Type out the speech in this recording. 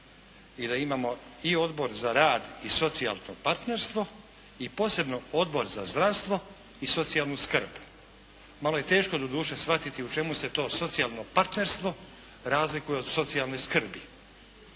i da imamo i Odbor za rad i socijalno partnerstvo i posebno Odbor za zdravstvo i socijalnu skrb. Malo je teško doduše shvatiti u čemu se to socijalno partnerstvo razlikuje od socijalne skrbi.